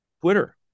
Twitter